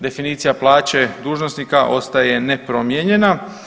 Definicija plaće dužnosnika ostaje nepromijenjena.